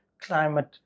climate